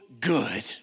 good